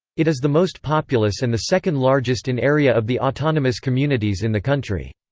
it is the most populous and the second largest in area of the autonomous communities in the country.